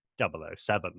007